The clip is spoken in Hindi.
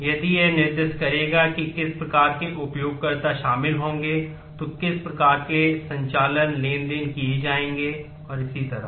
यदि यह निर्दिष्ट करेगा कि किस प्रकार के उपयोगकर्ता शामिल होंगे तो किस प्रकार के संचालन लेनदेन किए जाएंगे और इसी तरह